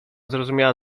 zrozumiała